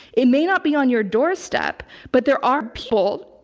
it may not be on your doorstep, but there are people,